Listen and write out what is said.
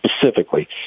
specifically